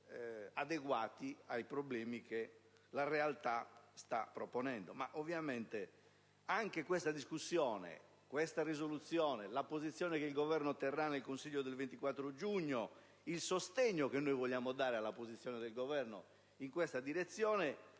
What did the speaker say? adeguati ai problemi che la realtà sta proponendo. Ovviamente, noi confidiamo che anche questa discussione, questa risoluzione, la posizione che il Governo terrà nel Consiglio europeo del 24 giugno, il sostegno che noi vogliamo dare alla posizione del Governo in questa direzione,